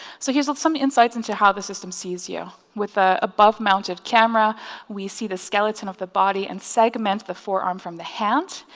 so here's with some insights into how the system sees you. with an above mounted camera we see the skeleton of the body and segment the forearm from the hand.